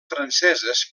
franceses